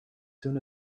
soon